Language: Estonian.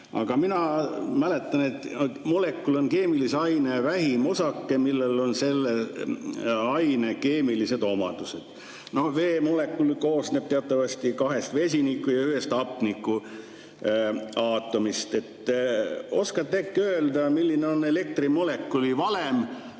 Aga mina mäletan, et molekul on keemilise aine vähim osake, millel on selle aine keemilised omadused. Veemolekul koosneb teatavasti kahest vesiniku[aatomist] ja hapnikuaatomist. Oskate äkki öelda, milline on elektrimolekuli valem?